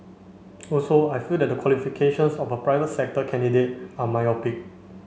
also I feel that the qualifications of a private sector candidate are myopic